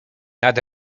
nad